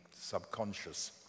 subconscious